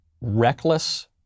reckless